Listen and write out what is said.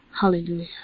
Hallelujah